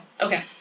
Okay